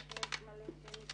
שבאמת לא היו כמעט על השולחן,